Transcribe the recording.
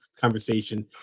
conversation